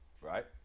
Right